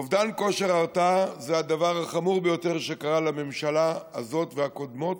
ואובדן כושר ההרתעה זה הדבר החמור ביותר שקרה לממשלה הזאת ולקודמות,